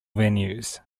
venues